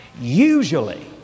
Usually